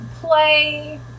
play